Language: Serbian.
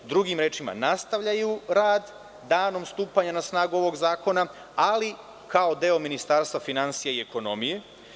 Drugim rečima, nastavljaju rad danom stupanja na snagu ovog zakona, ali kao deo Ministarstva finansija i ekonomije.